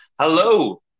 Hello